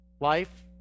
life